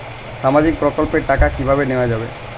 সামাজিক প্রকল্পের টাকা কিভাবে নেওয়া যাবে?